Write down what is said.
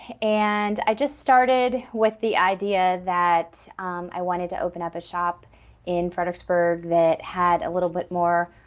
and i just started with the idea that i wanted to open up a shop in fredericksburg that had a little bit more,